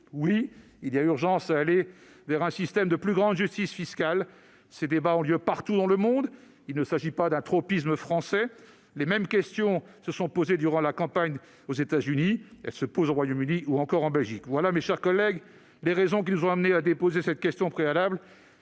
Oui, il y a urgence à aller vers un système de plus grande justice fiscale. Ces débats ont lieu partout dans le monde. Il ne s'agit pas d'un tropisme français. Les mêmes questions se sont posées durant la campagne électorale américaine. Elles se posent au Royaume-Uni ou encore en Belgique. Telles sont, mes chers collègues, les raisons qui nous ont amenés à déposer cette question préalable.